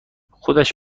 خودش